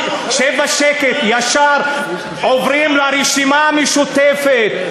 ישר עוברים לרשימה המשותפת,